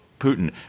Putin